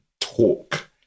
talk